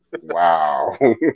Wow